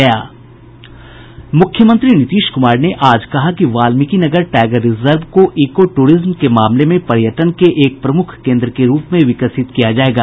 मुख्यमंत्री नीतीश कुमार ने आज कहा कि वाल्मिकीनगर टाइगर रिजर्व को इको ट्ररिज्म के मामले में पर्यटन के एक प्रमुख केंद्र के रुप में विकसित किया जायेगा